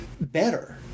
better